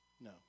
no